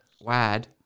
WAD